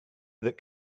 that